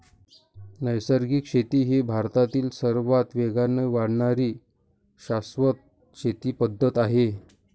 नैसर्गिक शेती ही भारतातील सर्वात वेगाने वाढणारी शाश्वत शेती पद्धत आहे